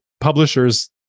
publishers